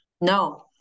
No